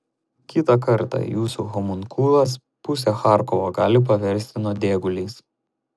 kitą kartą jūsų homunkulas pusę charkovo gali paversti nuodėguliais